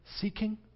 seeking